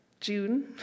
June